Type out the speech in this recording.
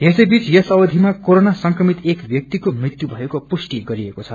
सैबीच यसअवधिमा कोनोन संक्रमित एक व्याक्तिको मृत्यु भएको पुष्टि गरिएको छ